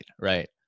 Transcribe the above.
right